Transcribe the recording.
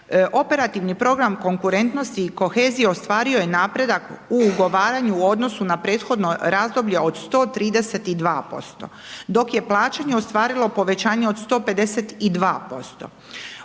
operativni program konkurentnosti i kohezije ostvario je napredak u ugovaranju u odnosu na prethodno razdoblje od 132% dok je plaćanje ostvarilo povećanje od 152%.